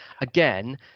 again